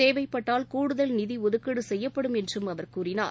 தேவைப்பட்டால் கூடுதல் நிதி ஒதுக்கீடு செய்யப்படும் என்றும் அவர் கூறினார்